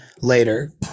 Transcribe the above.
later